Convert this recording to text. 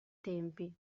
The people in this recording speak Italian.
tempi